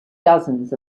dozens